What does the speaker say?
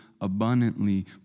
abundantly